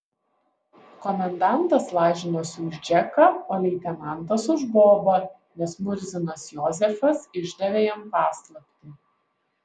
komendantas lažinosi už džeką o leitenantas už bobą nes murzinas jozefas išdavė jam paslaptį